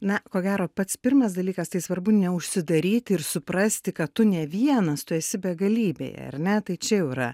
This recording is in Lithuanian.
na ko gero pats pirmas dalykas tai svarbu neužsidaryti ir suprasti kad tu ne vienas tu esi begalybėje ar ne tai čia jau yra